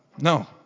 No